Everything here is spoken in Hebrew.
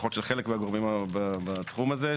לפחות של חלק מהגורמים בתחום הזה,